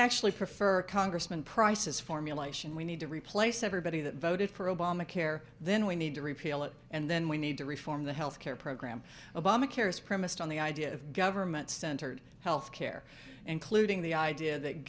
actually prefer congressman prices formulation we need to replace everybody that voted for obamacare then we need to repeal it and then we need to reform the health care program obamacare is premised on the idea of government centered health care including the idea that